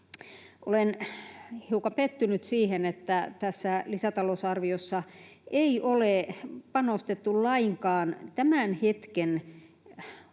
Olen hiukan pettynyt siihen, että tässä lisätalousarviossa ei ole panostettu lainkaan tämän hetken